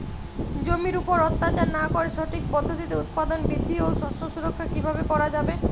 জমির উপর অত্যাচার না করে সঠিক পদ্ধতিতে উৎপাদন বৃদ্ধি ও শস্য সুরক্ষা কীভাবে করা যাবে?